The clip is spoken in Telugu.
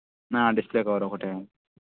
డిస్ప్లే కవర్ ఒకటి